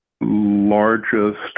largest